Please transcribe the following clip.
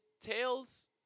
Tails